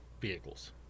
vehicles